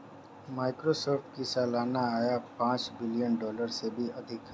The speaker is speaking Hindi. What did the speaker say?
माइक्रोसॉफ्ट की सालाना आय पांच बिलियन डॉलर से भी अधिक है